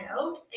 out